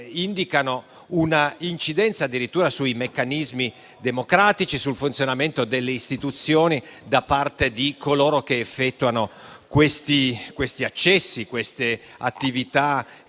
indicano un'incidenza addirittura sui meccanismi democratici e sul funzionamento delle istituzioni da parte di coloro che effettuano detti accessi, attività